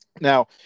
now